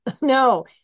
no